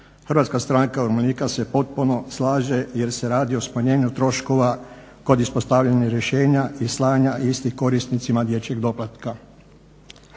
doplatku HSU-a se potpuno slaže, jer se radi o smanjenju troškova kod ispostavljanja rješenja i slanja istih korisnicima dječjeg doplatka.